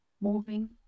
moving